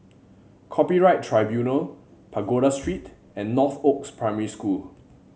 Copyright Tribunal Pagoda Street and Northoaks Primary School